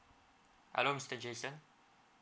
hello mister jason